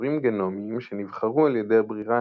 אזורים גנומיים שנבחרו על ידי הברירה